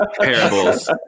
parables